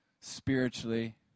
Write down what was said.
spiritually